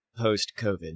post-COVID